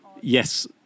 yes